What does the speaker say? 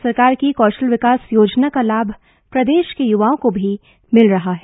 केंद्र सरकार की कौशल विकास योजना का लाभ प्रदेश के युवाओं को भी मिल रहा है